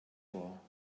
vor